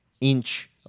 inch